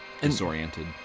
disoriented